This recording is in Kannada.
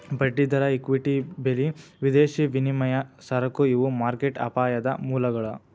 ಬಡ್ಡಿದರ ಇಕ್ವಿಟಿ ಬೆಲಿ ವಿದೇಶಿ ವಿನಿಮಯ ಸರಕು ಇವು ಮಾರ್ಕೆಟ್ ಅಪಾಯದ ಮೂಲಗಳ